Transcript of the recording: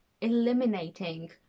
eliminating